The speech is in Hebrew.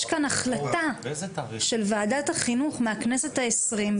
יש כאן החלטה של ועדת החינוך מהכנסת העשרים,